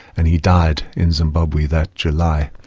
and he died in zimbabwe that july.